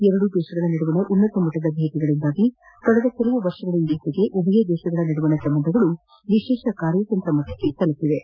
ಎರಡೂ ದೇಶಗಳ ನದುವಿನ ಉನ್ನತ ಮಟ್ಟದ ಭೇಟಿಗಳಿಂದಾಗಿ ಕಳೆದ ಕೆಲವು ವರ್ಷಗಳಿಂದೀಚೆಗೆ ಉಭಯ ದೇಶಗಳ ನಡುವಿನ ಸಂಬಂಧಗಳು ವಿಶೇಷ ಕಾರ್ಯತಂತ್ರ ಮಟ್ಟ ತಲುಪಿವೆ